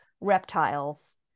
reptiles